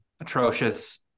atrocious